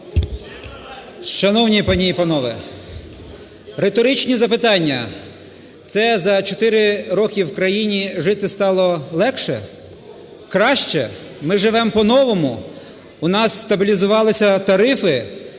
Шановні пані і панове! Риторичні запитання. Це за чотири роки в країни жити стало легше? Краще? Ми живемо по-новому? В нас стабілізувалися тарифи?